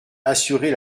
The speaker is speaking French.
assurer